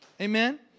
Amen